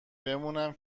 بمونم